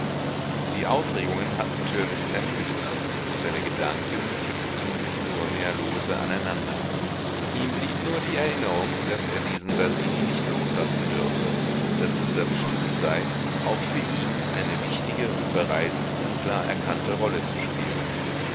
die aufregungen hatten törleß ermüdet seine gedanken ketteten sich nur mehr lose aneinander ihm blieb nur die erinnerung daß er diesen basini nicht loslassen dürfe daß dieser bestimmt sei auch für ihn eine wichtige und bereits unklar erkannte rolle zu spielen